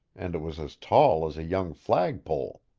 and it was as tall as a young flagpole.